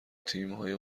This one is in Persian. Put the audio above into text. تیمهای